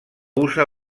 usa